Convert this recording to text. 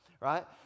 right